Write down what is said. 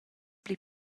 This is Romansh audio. pli